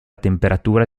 temperatura